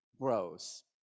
grows